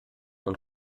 und